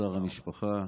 בצער המשפחה,